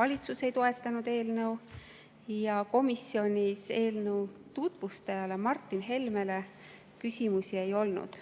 Valitsus ei toetanud eelnõu ja komisjonis eelnõu tutvustajale Martin Helmele küsimusi ei olnud.